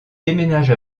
déménage